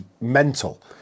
mental